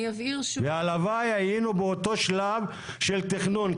והלוואי היינו באותו שלב של תכנון,